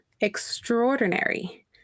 extraordinary